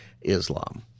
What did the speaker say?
Islam